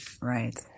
right